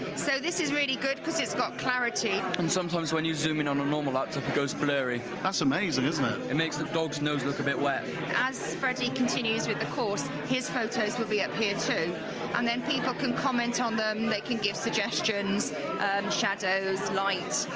so this is really good because it's got clarity and sometimes when you zoom in on a normal laptop it goes blurry that's amazing isn't it? it makes the dog's nose look a bit wet as freddy continues with the course his photos will be up here too and then people can comment on them, they can give suggestions shadows, light,